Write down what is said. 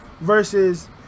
versus